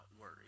worry